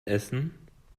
essen